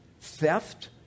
theft